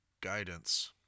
guidance